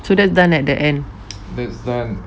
so that's done at the end